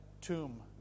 tomb